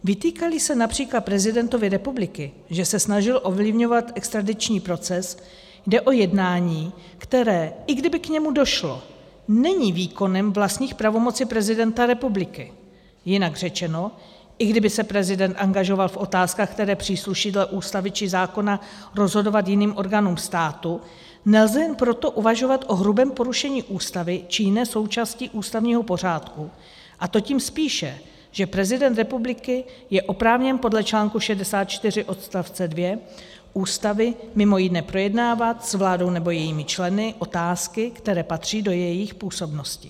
Vytýkáli se například prezidentovi republiky, že se snažil ovlivňovat extradiční proces, jde o jednání, které, i kdyby k němu došlo, není výkonem vlastních pravomocí prezidenta republiky, jinak řečeno, i kdyby se prezident angažoval v otázkách, které přísluší dle Ústavy či zákona rozhodovat jiným orgánům státu, nelze jen proto uvažovat o hrubém porušení Ústavy či jiné součásti ústavního pořádku, a to tím spíše, že prezident republiky je oprávněn podle článku 64 odst. 2 Ústavy mimo jiné projednávat s vládou nebo jejími členy otázky, které patří do jejich působnosti.